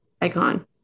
icon